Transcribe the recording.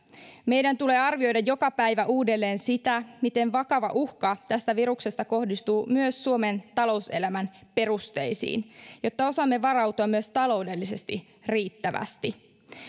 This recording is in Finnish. meidän tulee arvioida joka päivä uudelleen miten vakava uhka tästä viruksesta kohdistuu myös suomen talouselämän perusteisiin jotta osaamme varautua myös taloudellisesti riittävästi